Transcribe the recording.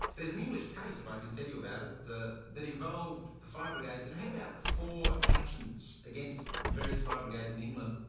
there's an english case, if i can tell you about it, that involved the fire brigades, and had about four actions against various fire brigades in england,